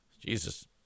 Jesus